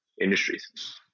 industries